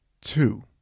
Two